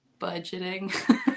Budgeting